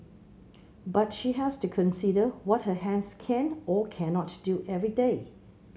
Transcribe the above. but she has to consider what her hands can or cannot do every day